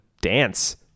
dance